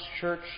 Church